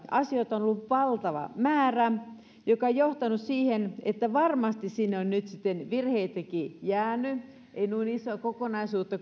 asioita asioita on ollut valtava määrä mikä on johtanut siihen että varmasti sinne on nyt sitten virheitäkin jäänyt ei kukaan voi kuvitellakaan että noin isoa kokonaisuutta